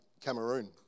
Cameroon